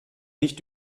nicht